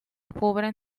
cubren